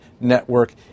network